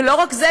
ולא רק זה,